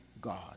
God